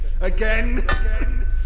again